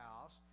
house